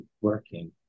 working